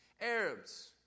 Arabs